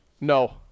No